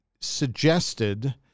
suggested